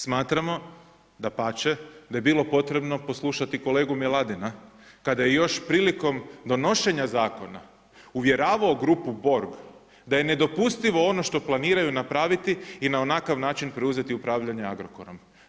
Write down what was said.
Smatramo, dapače da je bilo potrebno poslušati kolegu Miladina kada je još prilikom donošenja Zakona uvjeravao grupu Borg da je nedopustivo ono što planiraju napraviti i na onakav način preuzeti upravljanje Agrokorom.